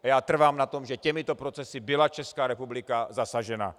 A já trvám na tom, že těmito procesy byla Česká republika zasažena.